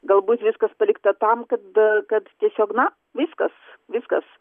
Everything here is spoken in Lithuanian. galbūt viskas palikta tam kad kad tiesiog na viskas viskas